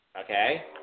Okay